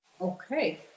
Okay